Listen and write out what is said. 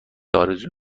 آرزو